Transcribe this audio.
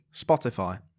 Spotify